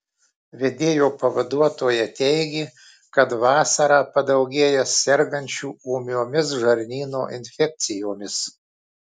vedėjo pavaduotoja teigė kad vasarą padaugėja sergančių ūmiomis žarnyno infekcijomis